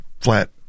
flat